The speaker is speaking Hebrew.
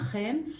אכן,